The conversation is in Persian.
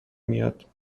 میاد